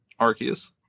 Arceus